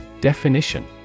Definition